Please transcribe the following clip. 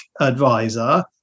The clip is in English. advisor